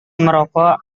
merokok